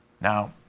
Now